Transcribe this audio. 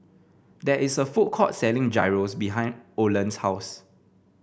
there is a food court selling Gyros behind Oland's house